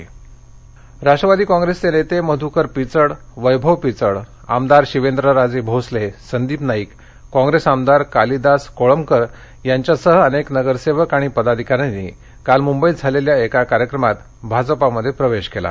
भाजपा महाभरती मंबई ग्रेटर राष्ट्रवादीचे नेते मधुकर पिचड वैभव पिचड आमदार शिवेंद्रराजे भोसले संदिप नाईक काँग्रेस आमदार कालिदास कोळंबकर यांच्यासह अनेक नगरसेवक आणि पदाधिकाऱ्यांनी काल मुंबईतझालेल्या एका कार्यक्रमात भाजपामध्ये प्रवेश केला